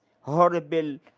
horrible